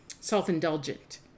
self-indulgent